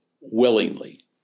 willingly